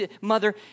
mother